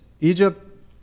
Egypt